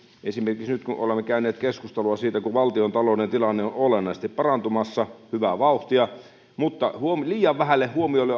esimerkiksi nyt kun olemme käyneet keskustelua siitä että valtiontalouden tilanne on olennaisesti parantumassa hyvää vauhtia arvoisat edustajakollegat liian vähälle huomiolle